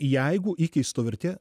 jeigu įkeisto vertė